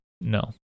No